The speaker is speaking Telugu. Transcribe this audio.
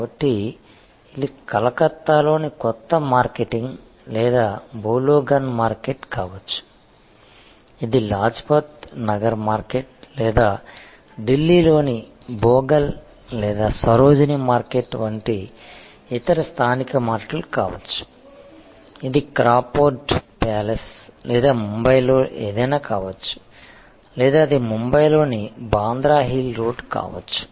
కాబట్టి ఇది కలకత్తాలోని కొత్త మార్కెటింగ్ లేదా బోలోగన్ మార్కెట్ కావచ్చు ఇది లాజ్పత్ నగర్ మార్కెట్ లేదా ఢిల్లీ లోని బోగల్ లేదా సరోజిని మార్కెట్ వంటి ఇతర స్థానిక మార్కెట్లు కావచ్చు ఇది క్రాఫోర్డ్ ప్యాలెస్ లేదా ముంబైలో ఏదైనా కావచ్చు లేదా అది ముంబై లోని బాంద్రా హిల్ రోడ్ కావచ్చు